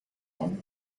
him